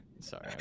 sorry